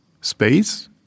space